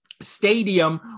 Stadium